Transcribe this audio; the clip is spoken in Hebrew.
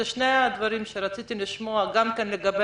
אלה שני הדברים שרציתי לשמוע גם לגבי